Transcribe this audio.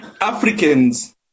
Africans